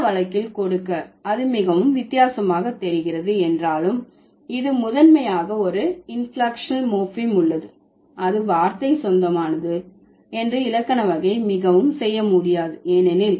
இந்த வழக்கில் கொடுக்க அது மிகவும் வித்தியாசமாக தெரிகிறது என்றாலும் இது முதன்மையாக ஒரு இன்பிளெக்க்ஷனல் மோர்பீம் உள்ளது அது வார்த்தை சொந்தமானது என்று இலக்கண வகை மிகவும் செய்ய முடியாது ஏனெனில்